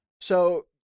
So-